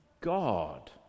God